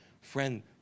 Friend